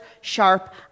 sharp